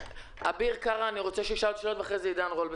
אביר קארה ישאל עוד שאלות ואחריו עידן רול.